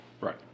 Right